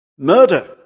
murder